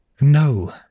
No